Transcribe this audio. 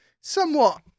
somewhat